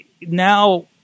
now